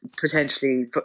potentially